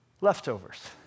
leftovers